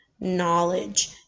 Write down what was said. knowledge